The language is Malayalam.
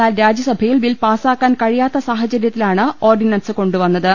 എന്നാൽ രാജ്യ സഭയിൽ ബിൽ പാസാക്കാൻ കഴിയാത്ത സാഹചരൃത്തിലാണ് ഓർഡി നൻസ് കൊണ്ടുവന്നത്